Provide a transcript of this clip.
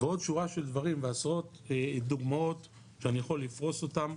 ועוד שורה של דברים ועשרות דוגמאות שאני יכול לפרוש אותם.